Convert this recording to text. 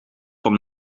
van